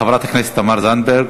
חברת הכנסת תמר זנדברג.